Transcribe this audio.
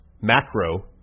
macro